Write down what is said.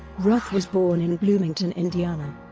roth was born in bloomington, indiana.